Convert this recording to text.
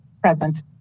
Present